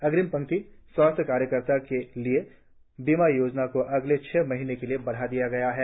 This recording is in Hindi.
अग्रिम पंक्ति स्वास्थ्य कार्यकर्ताओं के लिए बीमा योजना को अगले छह महीने के लिए बढ़ा दिया गया है